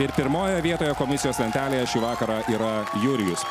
ir pirmojoje vietoje komisijos lentelėje šį vakarą yra jurijus